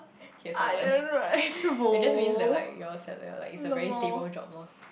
it just means like your yea it's like a very stable job loh